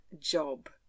job